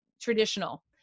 traditional